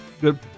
good